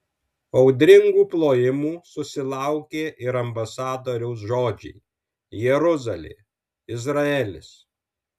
audringų plojimų susilaukė ir ambasadoriaus žodžiai jeruzalė izraelis